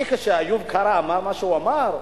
האם כשאיוב קרא אמר מה שהוא אמר,